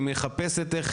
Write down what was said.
היא מחפשת איך